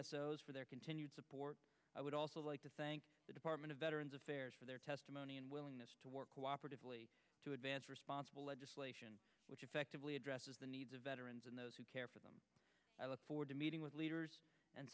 those for their continued support i would also like to thank the department of veterans affairs for their testimony and willingness to work cooperatively to advance responsible legislation which effectively addresses the needs of veterans and those who care for them i look forward to meeting with leaders and